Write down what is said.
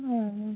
ও